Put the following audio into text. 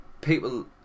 people